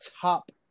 top